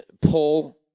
Paul